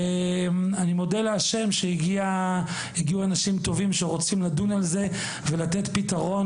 ואני מודה לשם על כך שהגיעו אנשים טובים שרוצים לדון על זה ולתת פתרון.